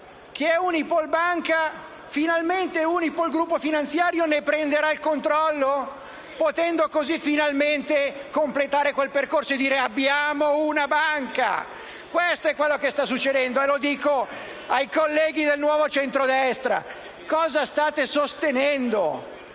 che è Unipol Banca, finalmente Unipol Gruppo Finanziario ne prenderà il controllo, potendo così, finalmente, completare quel percorso e dire «abbiamo una banca»! Questo è quello che sta succedendo e mi rivolgo ai colleghi del Nuovo Centrodestra: cosa state sostenendo?